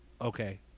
okay